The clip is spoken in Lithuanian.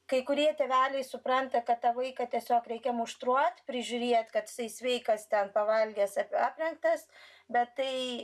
kai kurie tėveliai supranta kad tą vaiką tiesiog reikia muštruot prižiūrėt kad jisai sveikas ten pavalgęs aprengtas bet tai